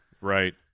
Right